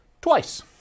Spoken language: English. twice